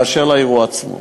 באשר לאירוע עצמו,